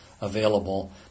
available